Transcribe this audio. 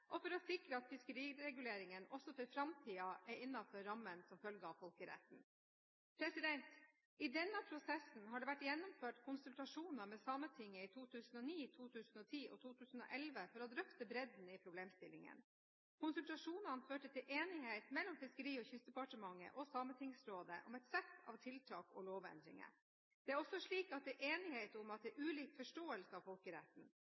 og for å sikre at fiskerireguleringene også for framtiden er innenfor rammene som følger av folkeretten. I denne prosessen har det vært gjennomført konsultasjoner med Sametinget i 2009, 2010 og 2011 for å drøfte bredden i problemstillingen. Konsultasjonene førte til enighet mellom Fiskeri- og kystdepartementet og Sametingsrådet om et sett av tiltak og lovendringer. Det er også slik at det er enighet om at det er ulik forståelse av folkeretten.